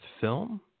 film